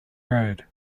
road